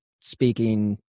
speaking